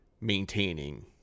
maintaining